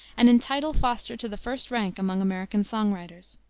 and entitle foster to the first rank among american song writers.